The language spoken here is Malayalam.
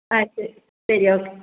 ആ ശരി ശരി ഓക്കെ